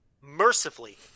mercifully